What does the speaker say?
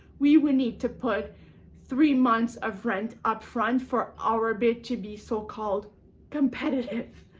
we would need to put three months of rent up front for our bid to be so called competitive.